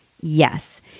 Yes